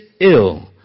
ill